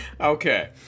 Okay